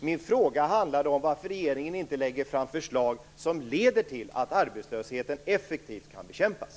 Min fråga handlade om varför regeringen inte lägger fram förslag som leder till att arbetslösheten effektivt kan bekämpas.